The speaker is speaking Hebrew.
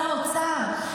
שר האוצר,